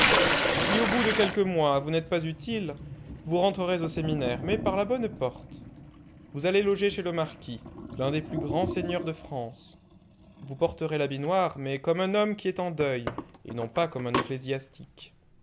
si au bout de quelques mois vous n'êtes pas utile vous rentrerez au séminaire mais par la bonne porte vous allez loger chez le marquis l'un des plus grands seigneurs de france vous porterez l'habit noir mais comme un homme qui est en deuil et non pas comme un ecclésiastique